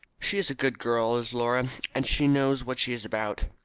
she is a good girl, is laura, and she knows what she is about.